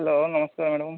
hello ନମସ୍କାର madam